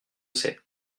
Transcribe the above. sait